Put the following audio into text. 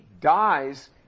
dies